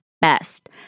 best